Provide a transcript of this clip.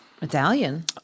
Medallion